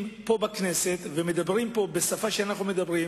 פה בכנסת ומדברים בשפה שאנחנו מדברים?